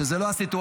שזאת לא הסיטואציה.